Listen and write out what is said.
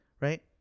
Right